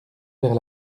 vers